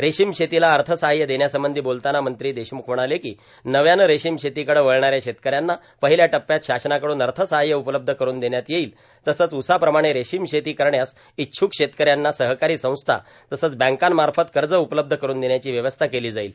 रेशीम शेतीला अथसहाय्य देण्यासंबंधी बोलतांना मंत्री देशमुख म्हणाले को नव्यानं रेशीम शेतीकडे वळणाऱ्या शेतकऱ्यांना र्पाहल्या टप्प्यात शासनाकडून अथसहाय्य उपलब्ध करुन देण्यात येईल तसंच ऊसाप्रमाणे रेशीम शेती करण्यास इच्छूक शेतकऱ्यांना सहकारां संस्था तसंच बँकांमाफत कज उपलब्ध करुन देण्याची व्यवस्था केलो जाईल